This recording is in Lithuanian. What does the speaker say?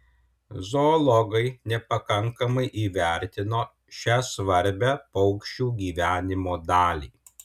zoologai nepakankamai įvertino šią svarbią paukščių gyvenimo dalį